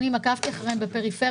עקבתי אחריהם כמה שנים בפריפריה.